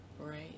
right